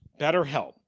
BetterHelp